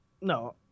no